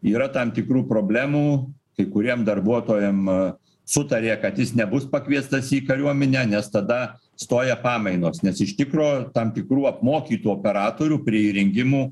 yra tam tikrų problemų kai kuriem darbuotojam sutarė kad jis nebus pakviestas į kariuomenę nes tada stoja pamainos nes iš tikro tam tikrų apmokytų operatorių prie įrengimų